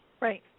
Right